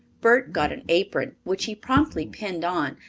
bert got an apron, which he promptly pinned on,